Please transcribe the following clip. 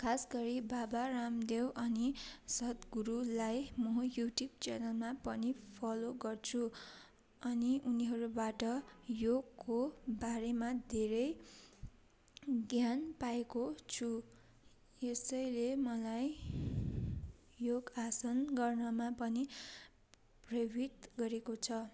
खास गरी बाबा रामदेव अनि सद् गुरुलाई म यु ट्युब च्यानलमा पनि फलो गर्छु अनि उनीहरूबाट योगको बारेमा धेरै ज्ञान पाएको छु यसैले मलाई योगासन गर्नमा पनि प्रेरित गरेको छ